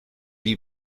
you